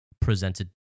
presented